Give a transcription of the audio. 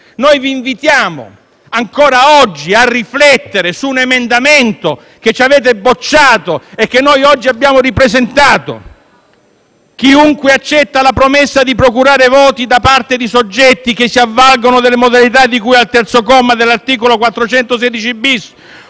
Vi invitiamo ancora oggi a riflettere su un emendamento che ci avete bocciato e che oggi abbiamo ripresentato, che riguarda chiunque accetti la promessa di procurare voti da parte di soggetti che si avvalgono delle modalità di cui al terzo comma dell'articolo 416-*bis*